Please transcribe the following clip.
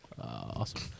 awesome